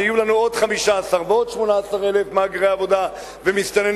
כשיהיו לנו עוד 15,000 ועוד 18,000 מהגרי עבודה ומסתננים